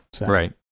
Right